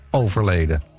overleden